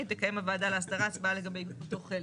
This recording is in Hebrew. תקיים הוועדה להסדרה הצבעה לגבי אותו חלק.